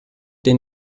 den